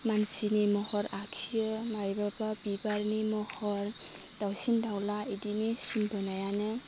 मानसिनि महर आखियो मारैबाबा बिबारनि महर दाउसिन दाउला इदिनि सिन बोनायानो